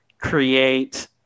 create